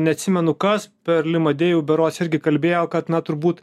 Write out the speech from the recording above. neatsimenu kas per limadėjų berods irgi kalbėjo kad na turbūt